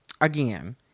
again